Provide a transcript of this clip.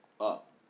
Up